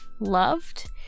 loved